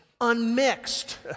unmixed